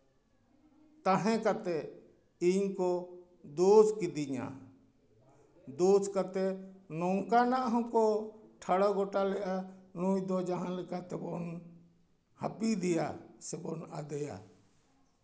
ᱛᱟᱦᱮᱸ ᱠᱟᱛᱮᱜ ᱤᱧ ᱠᱚ ᱫᱳᱥ ᱠᱤᱫᱤᱧᱟ ᱫᱳᱥ ᱠᱟᱛᱮᱜ ᱱᱚᱝᱠᱟᱱᱟᱜ ᱦᱚᱸᱠᱚ ᱴᱷᱟᱲᱚ ᱜᱚᱴᱟ ᱞᱮᱫᱟ ᱱᱩᱭ ᱫᱚ ᱡᱟᱦᱟᱸ ᱞᱮᱠᱟ ᱛᱮᱵᱚᱱ ᱦᱟᱹᱯᱤᱫᱮᱭᱟ ᱥᱮᱵᱚᱱ ᱟᱫᱮᱭᱟ